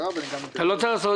אני אעשה זאת מאוד בקצרה.